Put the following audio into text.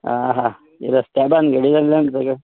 आं हां रस्त्या भानगडी जाल्यान सगळें